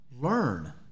learn